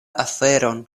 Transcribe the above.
aferon